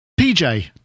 pj